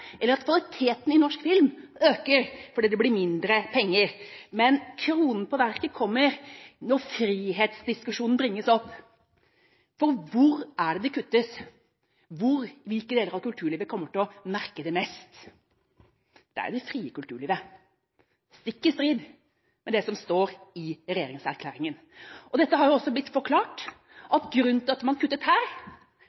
eller at kvaliteten i norsk film øker fordi det blir mindre penger? Men kronen på verket kommer når frihetsdiskusjonen bringes opp. For hvor er det det kuttes? Hvilke deler av kulturlivet kommer til å merke det mest? Det er det frie kulturlivet – stikk i strid med det som står i regjeringserklæringa. Dette har også blitt forklart